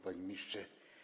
Panie Ministrze!